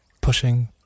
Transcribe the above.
Pushing